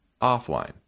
offline